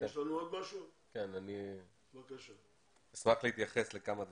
אני אשמח להתייחס לכמה דברים.